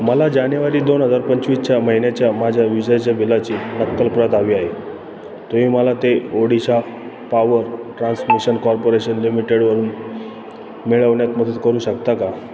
मला जानेवारी दोन हजार पंचवीसच्या महिन्याच्या माझ्या वीजेच्या बिलाची नक्कल प्रत हवी आहे तुम्ही मला ते ओडिशा पाॉवर ट्रान्समिशन कॉर्पोरेशन लिमिटेडवरून मिळवण्यात मदत करू शकता का